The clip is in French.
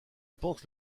pense